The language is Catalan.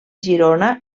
girona